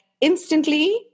instantly